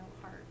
heart